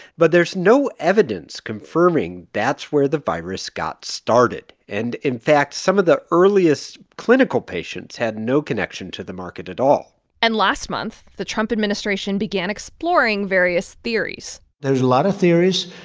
but there's no evidence confirming that's where the virus got started. and, in fact, some of the earliest clinical patients had no connection to the market at all and last month, the trump administration began exploring various theories there's a lot of theories.